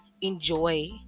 enjoy